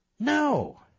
No